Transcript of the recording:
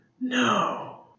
No